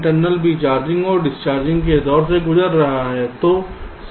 तो Vinternal भी charging और डिस्चार्जिंग के दौर से गुजर रहा होगा